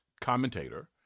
commentator